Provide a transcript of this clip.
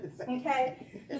Okay